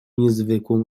niezwykłą